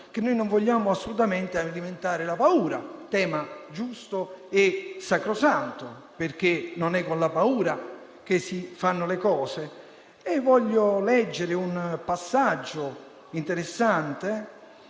che non vogliamo assolutamente alimentare la paura, tema giusto e sacrosanto, perché non è con la paura che si fanno le cose. A tal proposito voglio leggere un passaggio interessante